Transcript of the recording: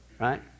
Right